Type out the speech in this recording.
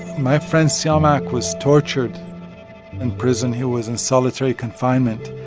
my friend siamak was tortured in prison. he was in solitary confinement.